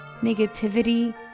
negativity